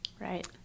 Right